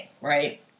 right